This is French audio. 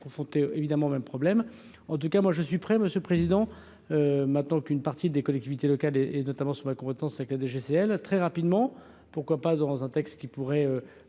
confronté évidemment même problème en tout cas moi je suis prêt Monsieur Président maintenant qu'une partie des collectivités locales et et notamment sur la compétence, c'est que la DGCL très rapidement, pourquoi pas, dans un texte qui pourrait